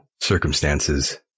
circumstances